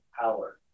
power